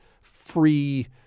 free